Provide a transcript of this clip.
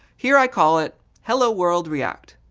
here, i call it hello-world-react.